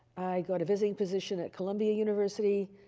i got a visiting position at columbia university.